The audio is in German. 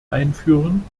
einführen